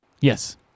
Yes